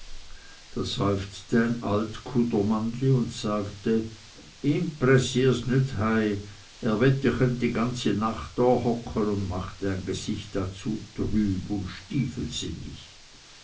da seufzte ein alt kudermannli und sagte ihm pressiers nüt hei er wett er chönt die ganze nacht da hocke und machte ein gesicht dazu trüb und